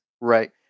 Right